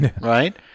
Right